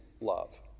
love